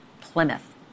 Plymouth